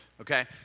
okay